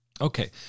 Okay